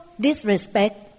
disrespect